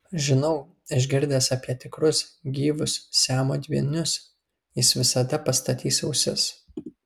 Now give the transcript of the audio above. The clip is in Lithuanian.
žinau išgirdęs apie tikrus gyvus siamo dvynius jis visada pastatys ausis